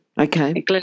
Okay